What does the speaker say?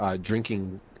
drinking